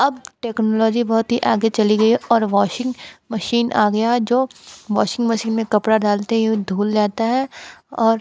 अब टेक्नोलॉजी बहुत ही आगे चली गई है और वॉशिंग मशीन आ गया जो वॉशिंग मशीन में कपड़ा डालते ही वो धूल जाता है और